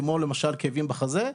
כמו למשל כאבים בחזה,